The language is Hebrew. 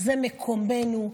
זה מקומנו,